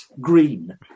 Green